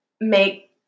make